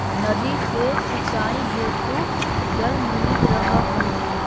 नदी से सिंचाई हेतु जल मिलित रहऽ हइ